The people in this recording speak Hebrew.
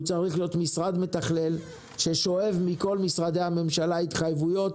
הוא צריך להיות משרד מתכלל ששואב מכל משרדי הממשלה התחייבויות,